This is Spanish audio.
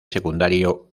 secundario